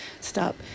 stop